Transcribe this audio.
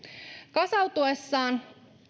kasautuessaan